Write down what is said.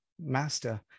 master